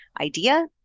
idea